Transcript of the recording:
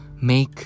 Make